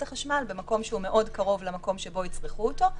החשמל במקום שהוא מאוד קרוב למקום שבו יצרכו אותו.